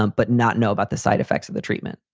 um but not know about the side effects of the treatment.